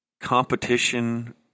competition